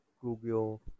Google